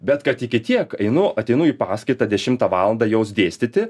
bet kad iki tiek einu ateinu į paskaitą dešimtą valandą jos dėstyti